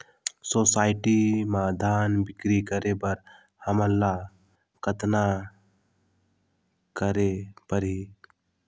Society म धान बिक्री करे बर हमला कतना करे परही?